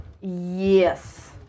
Yes